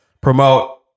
promote